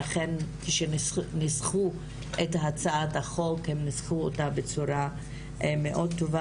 ולכן כשניסחו את הצעת החוק הן ניסחו אותה בצורה מאוד טובה,